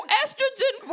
estrogen